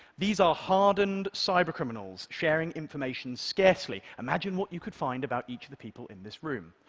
these are hardened cybercriminals sharing information scarcely. imagine what you could find about each of the people in this room.